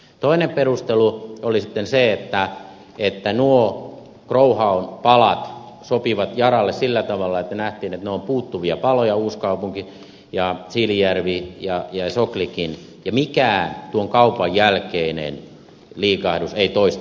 toinen perustelu oli sitten se että nuo growhown palat sopivat yaralle sillä tavalla että nähtiin että ne ovat puuttuvia paloja uusikaupunki ja siilinjärvi ja soklikin ja mikään tuon kaupan jälkeinen liikahdus ei toista todista